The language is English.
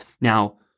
Now